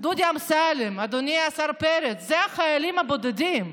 דודי אמסלם, אדוני השר פרץ, אלה החיילים הבודדים,